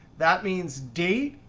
that means date.